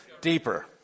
Deeper